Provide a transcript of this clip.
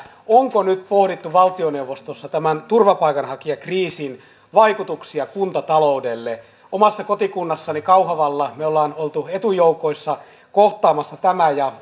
onko nyt pohdittu valtioneuvostossa tämän turvapaikanhakijakriisin vaikutuksia kuntataloudelle omassa kotikunnassani kauhavalla me olemme olleet etujoukoissa kohtaamassa tämän ja